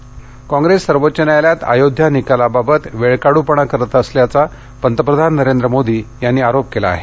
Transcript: पंतप्रधान कॉंग्रेस सर्वोच्च न्यायालयात अयोध्या निकालाबाबत वेळकाढपणा करत असल्याचा पतप्रधान नरेंद्र मोदी यांनी आरोप केला आहे